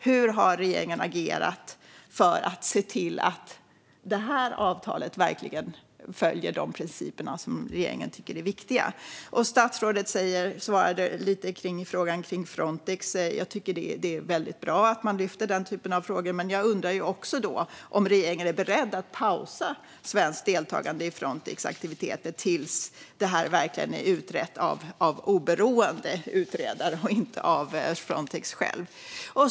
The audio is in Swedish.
Hur har regeringen agerat för att se till att detta avtal verkligen följer de principer som regeringen tycker är viktiga? Statsrådet svarade på frågan om Frontex. Jag tycker att det är väldigt bra att man lyfter denna typ av frågor, men jag undrar om regeringen är beredd att pausa svenskt deltagande i Frontex aktiviteter tills detta verkligen är utrett av oberoende utredare och inte av Frontex själva.